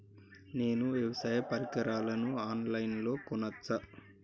నేను వ్యవసాయ పరికరాలను ఆన్ లైన్ లో కొనచ్చా?